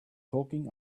talking